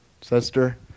sister